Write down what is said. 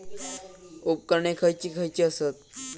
उपकरणे खैयची खैयची आसत?